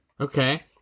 Okay